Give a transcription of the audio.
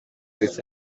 ndetse